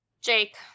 Jake